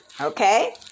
Okay